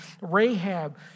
Rahab